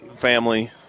family